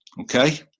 Okay